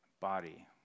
body